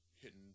hitting